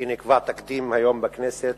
כי נקבע תקדים היום בכנסת,